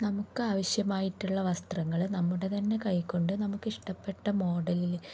നമുക്കാവശ്യമായിട്ടുള്ള വസ്ത്രങ്ങള് നമ്മുടെ തന്നെ കൊണ്ടു നമുക്കിഷ്ടപ്പെട്ട മോഡലില്